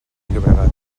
llobregat